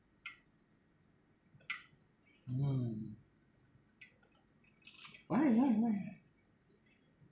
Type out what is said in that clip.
mm why why why